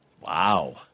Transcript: Wow